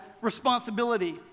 responsibility